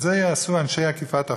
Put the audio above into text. את זה יעשו אנשי אכיפת החוק.